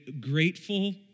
grateful